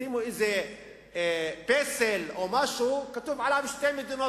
ישימו איזה פסל או משהו, וכתוב עליו "שתי מדינות".